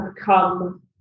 come